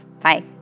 Bye